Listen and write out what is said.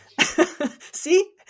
See